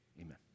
amen